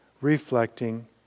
reflecting